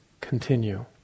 continue